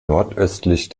nordöstlich